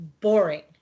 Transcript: boring